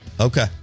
Okay